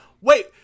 wait